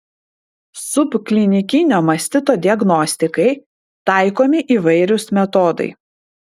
subklinikinio mastito diagnostikai taikomi įvairūs metodai